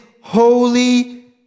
holy